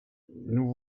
nous